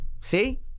See